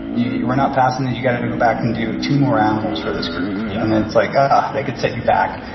we're not passing it. you've got to to go back and do two more animals for this group. yeah and then it's, like, ah, that could set you back,